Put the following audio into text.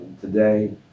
Today